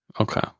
Okay